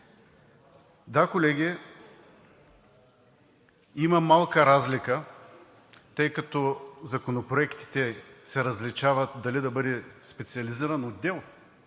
Да, колеги, има малка разлика, тъй като законопроектите се различават – дали да бъде специализиран отдел,